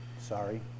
sorry